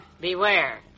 Beware